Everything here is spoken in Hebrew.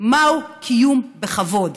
מהו קיום בכבוד,